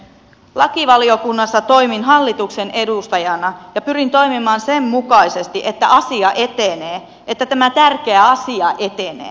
lakivaliokunnassa toimin hallituksen edustajana ja pyrin toimimaan sen mukaisesti että asia etenee että tämä tärkeä asia etenee